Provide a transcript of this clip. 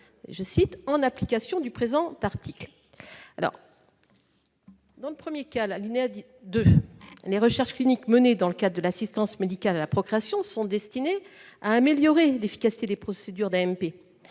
conduites « en application du présent article ».